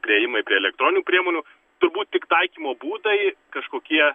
priėjimai prie elektroninių priemonių turbūt tik taikymo būdai kažkokie